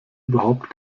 überhaupt